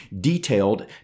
detailed